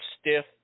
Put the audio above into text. stiff